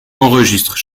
enregistrent